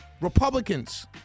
Republicans